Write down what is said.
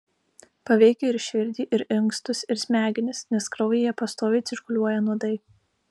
paveikia ir širdį ir inkstus ir smegenis nes kraujyje pastoviai cirkuliuoja nuodai